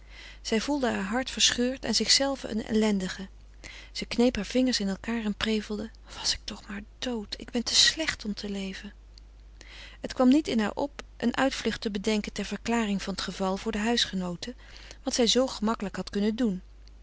zij voelde haar hart verscheurd en zichzelve een ellendige ze kneep haar vingers in elkaar en prevelde was ik toch maar dood ik ben te slecht om te leven het kwam niet in haar op een uitvlucht te bedenken ter verklaring van t geval voor de huisgenooten wat zij zoo gemakkelijk had kunnen doen